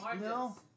no